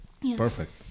Perfect